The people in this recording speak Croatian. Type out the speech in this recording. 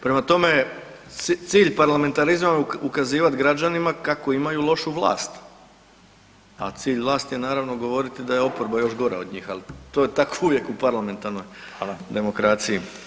Prema tome, cilj parlamentarizma je ukazivati građanima kako imaju lošu vlast a cilj vlasti je naravno govoriti da je oporba još gora od njih, ali to je tako uvijek u parlamentarnoj demokraciji.